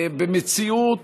במציאות